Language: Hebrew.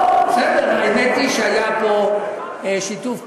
לא, האמת היא שהיה פה שיתוף פעולה,